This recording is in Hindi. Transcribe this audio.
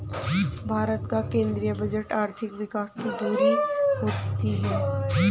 भारत का केंद्रीय बजट आर्थिक विकास की धूरी होती है